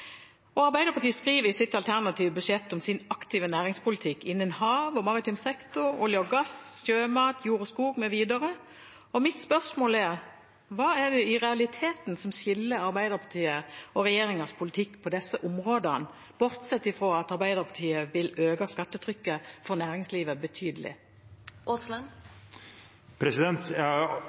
går. Arbeiderpartiet skriver i sitt alternative budsjett om sin aktive næringspolitikk innen hav, maritim sektor, olje og gass, sjømat, jord og skog mv. Mitt spørsmål er: Hva skiller i realiteten Arbeiderpartiets og regjeringens politikk på disse områdene, bortsett fra det at Arbeiderpartiet vil øke skattetrykket for næringslivet